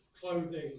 Clothing